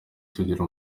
tugira